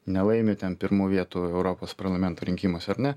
nelaimi ten pirmų vietų europos parlamento rinkimuose ar ne